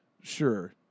sure